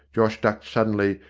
josh ducked suddenly,